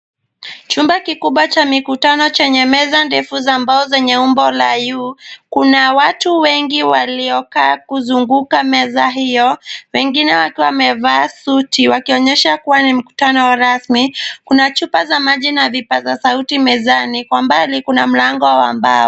Chumba kikubwa cha mikutano chenye meza ndefu za mbao zenye umbo la U. Kuna watu wengi waliokaa kuzunguka meza hiyo, wengine wakiwa wamevaa suti wakionyesha kuwa ni mkutano wa rasmi. Kuna chupa za maji na vipaza sauti mezani. Kwa mbali kuna mlango wa mbao.